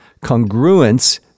Congruence